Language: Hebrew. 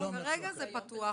כרגע זה פתוח.